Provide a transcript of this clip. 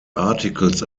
articles